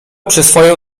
przyswoję